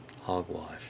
hogwash